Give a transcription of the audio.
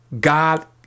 God